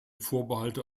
vorbehalte